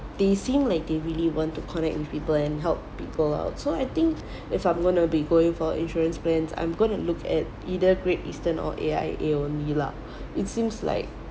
they seem like they really want to connect with people and help people out so I think if I'm gonna be going for insurance plans I'm gonna look at either great eastern or A_I_A only lah it seems like